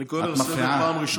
את מפריעה.